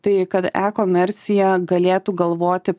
tai kad e komercija galėtų galvoti